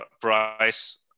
price